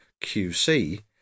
QC